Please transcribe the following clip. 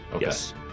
Yes